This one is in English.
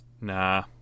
nah